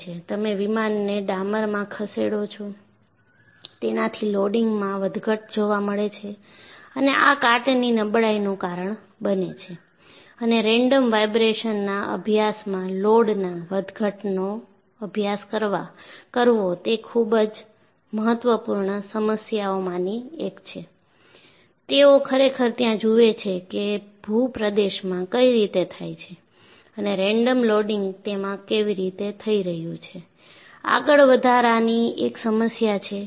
તમે વિમાનને ડામરમાં ખસેડો છો તેનાથી લોડિંગમાં વધઘટ જોવા મળે છે અને આ કાટની નબળાઈનું કારણ બને છે અને રેન્ડમ વાઇબ્રેશનના અભ્યાસમાં લોડના વધઘટનો અભ્યાસ કરવો તે ખૂબ જ મહત્વપૂર્ણ સમસ્યાઓમાની એક છે તેઓ ખરેખર ત્યાં જુએ છે કે ભૂપ્રદેશમાં કઈ રીતે થાય છે અને રેન્ડમ લોડિંગ તેમાં કેવી રીતે થઈ રહ્યું છેઆગળ વધારાની એક સમસ્યા છે